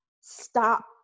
stop